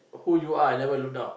who you are I never look down